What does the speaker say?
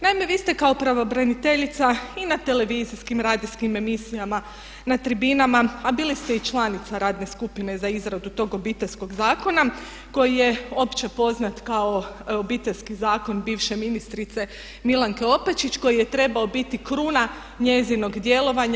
Naime vi ste kao pravobraniteljica i na televizijskim radijskim emisijama, na tribinama a bili ste i članica radne skupine za izradu tog Obiteljskog zakona koji je opće poznat kao Obiteljski zakon bivše ministrice Milanke Opačić koji je trebao biti kruna njezinog djelovanja.